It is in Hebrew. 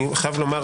אני חייב לומר,